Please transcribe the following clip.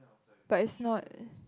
but it's not